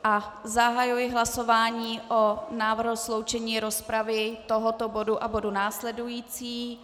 Zahajuji hlasování o návrhu sloučení rozpravy tohoto bodu a bodu následujícího.